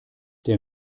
der